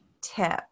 tip